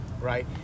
Right